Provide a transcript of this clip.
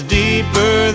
deeper